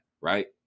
right